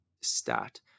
stat